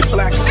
Black